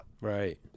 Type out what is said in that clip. right